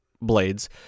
blades